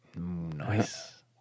Nice